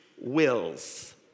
wills